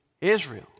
Israel